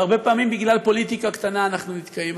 והרבה פעמים, בגלל פוליטיקה קטנה אנחנו נתקעים.